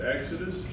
Exodus